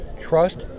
Trust